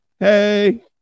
Hey